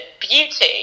beauty